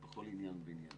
עניין ועניין.